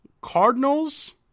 Cardinals